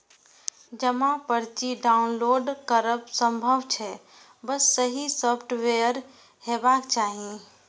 जमा पर्ची डॉउनलोड करब संभव छै, बस सही सॉफ्टवेयर हेबाक चाही